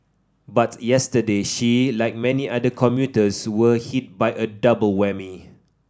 but yesterday she like many other commuters were hit by a double whammy